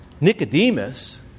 Nicodemus